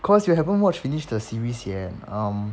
cause you haven't watch finish the series yet um